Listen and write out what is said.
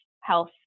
health